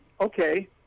Okay